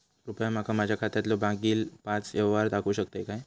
कृपया माका माझ्या खात्यातलो मागील पाच यव्हहार दाखवु शकतय काय?